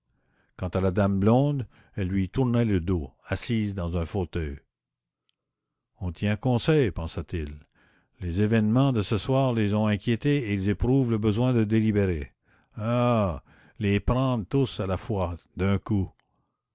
quand à la dame blonde elle lui tournait le dos assise dans un fauteuil on tient conseil pensa-t-il les événements de ce soir ah les prendre tous à la fois d'un coup